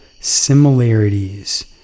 similarities